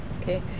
Okay